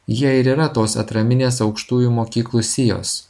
jie ir yra tos atraminės aukštųjų mokyklų sijos